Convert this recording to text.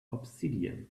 obsidian